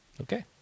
Okay